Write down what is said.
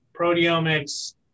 proteomics